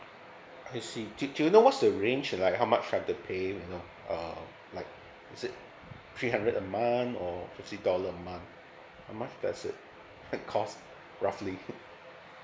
I see do do you know what's the range like how much I have to pay you know uh like is it three hundred a month or fifty dollar a month how much does it cost roughly